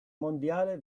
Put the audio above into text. mondiale